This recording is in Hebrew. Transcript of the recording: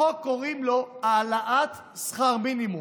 לחוק קוראים העלאת שכר מינימום,